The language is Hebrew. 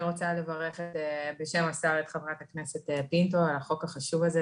אני רוצה לברך בשם השר את חברת הכנסת פינטו על החוק החשוב הזה,